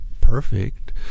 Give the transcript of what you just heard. perfect